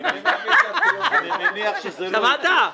שמעת?